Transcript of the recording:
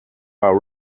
are